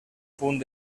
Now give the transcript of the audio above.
punt